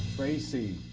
tracy,